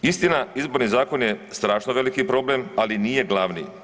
Istina izborni zakon je strašno veliki problem, ali nije glavni.